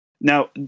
Now